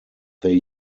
they